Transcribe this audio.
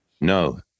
No